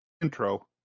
intro